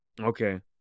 Okay